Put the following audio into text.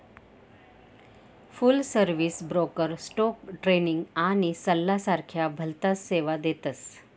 फुल service broker stock trading आणि सल्ला सारख्या भलताच सेवा देतस